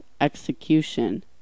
execution